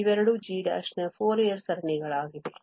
ಇವೆರಡೂ g ನ Fourier ಸರಣಿಗಳಾಗಿವೆ